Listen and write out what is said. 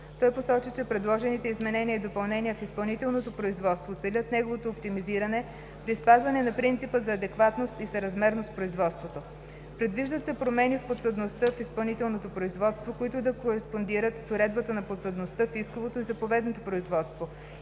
Той посочи, че предложените изменения и допълнения в изпълнителното производство целят неговото оптимизиране при спазване на принципа за адекватност и съразмерност в производството. Предвиждат се промени в подсъдността в изпълнителното производство, които да кореспондират с уредбата на подсъдността в исковото и заповедното производство